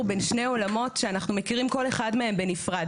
בין שני עולמות שאנחנו מכירים כל אחד מהם בנפרד: